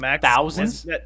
Thousands